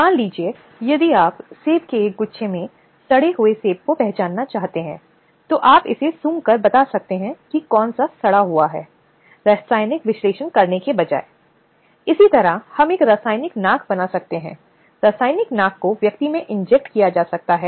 पीड़ित को अपनी कार्रवाई के लिए जिम्मेदार उत्पीड़नकर्ता को पकड़ना चाहिए और पीड़ित व्यक्ति उचित उपचार के लिए उपयुक्त संगठन से संपर्क करके कर सकता है